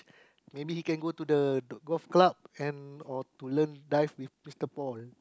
maybe he can go to the golf club or to learn dive with Mister Paul